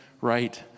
right